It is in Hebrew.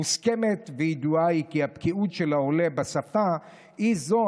מוסכמת וידועה היא העובדה כי הבקיאות של העולה בשפה היא זו